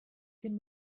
can